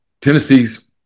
Tennessee's